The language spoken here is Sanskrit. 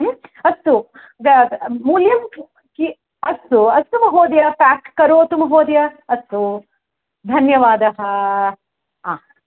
अस्तु ज् द मूल्यं कि अस्तु अस्तु महोदया प्याक् ड़ करोतु महोदया अस्तु धन्यवादः हा